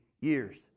years